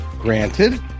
Granted